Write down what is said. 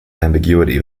ambiguity